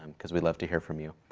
um because we love to hear from you.